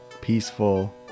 peaceful